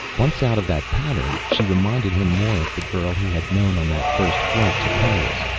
once out of that pattern she reminded him more of the girl he had known on that first flight to pyrrus.